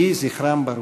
יהי זכרם ברוך.